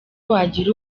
wagira